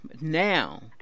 Now